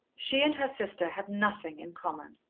she and her sister had nothing in common.